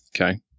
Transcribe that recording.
Okay